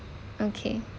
okay